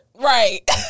Right